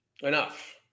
Enough